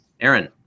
Aaron